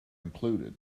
included